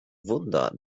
wunder